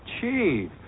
Chief